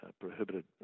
prohibited